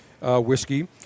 whiskey